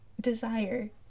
desire